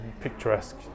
picturesque